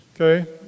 Okay